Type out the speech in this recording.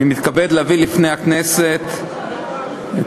אני מתכבד להביא לפני הכנסת לקריאה